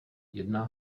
jedná